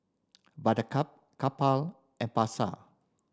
Buttercup Kappa and Pasar